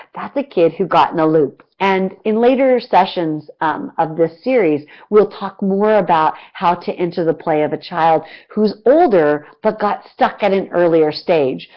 that's a kid who got in a loop. and in later sessions um of this series, we'll talk more about how to enter the play of a child who's older but got stuck at an earlier stage.